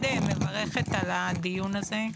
מברכת על הדיון הזה.